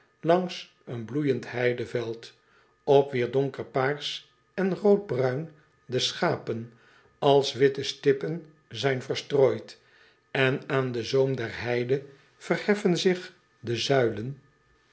langs een bloeijend heideveld op wier donker paars en roodbruin de schapen als witte stippen zijn verstrooid en aan den zoom der heide verheffen zich de zuilen